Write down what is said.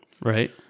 Right